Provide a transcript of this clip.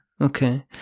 okay